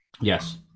yes